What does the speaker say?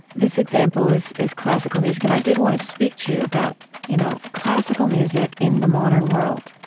this example is is classical music. and i did want to speak to you about you know classical music in the modern world,